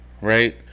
right